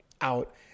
out